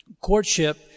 Courtship